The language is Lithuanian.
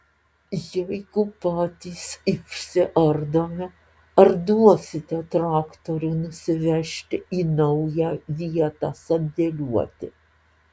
jeigu patys išsiardome ar duosite traktorių nusivežti į naują vietą sandėliuoti